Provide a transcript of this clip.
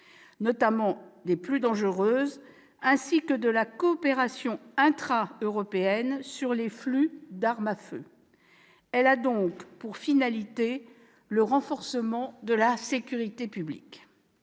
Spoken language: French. notamment des plus dangereuses, ainsi que de la coopération intraeuropéenne sur les flux d'armes à feu. Elle a donc pour finalité le renforcement de la sécurité publique.